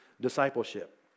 discipleship